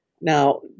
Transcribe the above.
Now